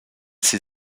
s’est